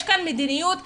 יש כאן מדיניות עקבית.